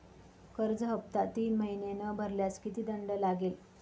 कर्ज हफ्ता तीन महिने न भरल्यास किती दंड लागेल?